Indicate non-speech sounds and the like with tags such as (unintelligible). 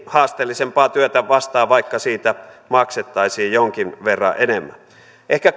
haasteellisempaa työtä vastaan vaikka siitä maksettaisiin jonkin verran enemmän ehkä (unintelligible)